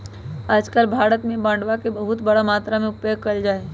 आजकल भारत में बांडवा के बहुत बड़ा मात्रा में उपयोग कइल जाहई